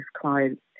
clients